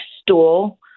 stool